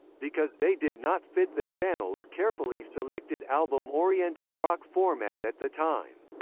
because they did not fit the channel's carefully selected album-oriented rock format at the time.